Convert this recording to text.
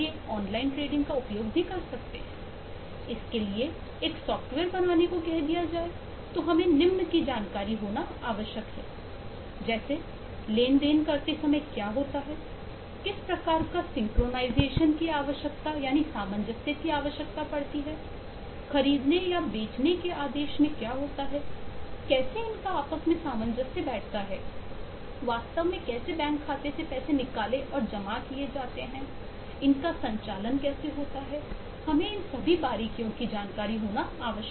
online trading की आवश्यकता है खरीदने या बेचने के आदेश में क्या होता है कैसे इनका सामंजस्य बैठाया जाता है वास्तव में कैसे बैंक खाते से पैसे निकाले और जमा किए जाते हैं इनका संचालन कैसे होता है हमें इन सभी बारीकियों की जानकारी होनी चाहिए